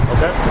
Okay